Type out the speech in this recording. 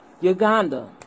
Uganda